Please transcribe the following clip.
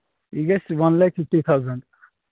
یہِ گژھِ one lakh fifty thousand